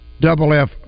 double-F